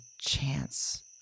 chance